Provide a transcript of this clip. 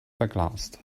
verglast